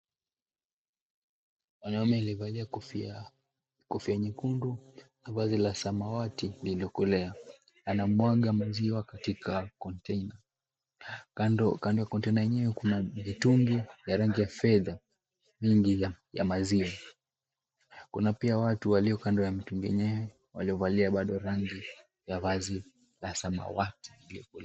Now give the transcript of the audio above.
Mwanaume aliyevalia kofia nyekundu na vazi la samawati lililokolea. Anamwaga maziwa katika container . Kando ya container yenyewe kuna mitungi ya rangi ya fedha mingi ya maziwa. Kuna pia watu walio kando ya mitungi yenyewe waliovalia bado vazi ya rangi la samawati.